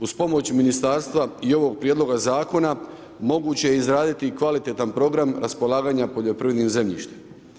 Uz pomoć ministarstva i ovog prijedloga zakona, moguće je izraditi kvalitetan program raspolaganja poljoprivrednim zemljištem.